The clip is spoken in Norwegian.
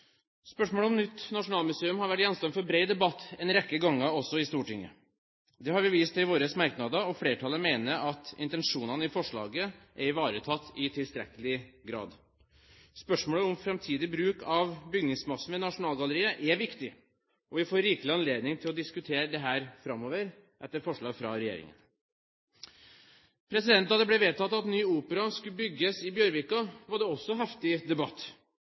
Spørsmålet om nytt nasjonalmuseum har vært gjenstand for bred debatt en rekke ganger også i Stortinget. Det har vi vist til i våre merknader, og flertallet mener at intensjonene i forslaget er ivaretatt i tilstrekkelig grad. Spørsmålet om framtidig bruk av bygningsmassen ved Nasjonalgalleriet er viktig, og vi får rikelig anledning til å diskutere dette framover, etter forslag fra regjeringen. Da det ble vedtatt at ny opera skulle bygges i Bjørvika, var det også heftig debatt.